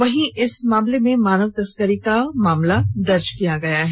वहीं इस मामले मानव तस्करी का मामला दर्ज किया गया है